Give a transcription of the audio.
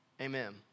Amen